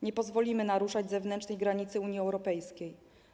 Nie pozwolimy naruszać zewnętrznej granicy Unii Europejskiej.